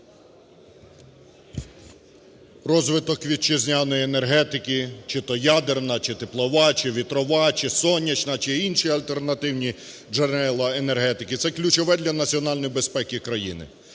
Розвиток вітчизняної енергетики, чи то ядерна, чи теплова, чи вітрова, чи сонячна, чи інші альтернативні джерела енергетики, це ключове для національної безпеки країни.